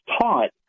taught